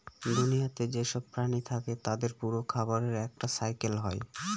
দুনিয়াতে যেসব প্রাণী থাকে তাদের পুরো খাবারের একটা সাইকেল হয়